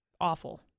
awful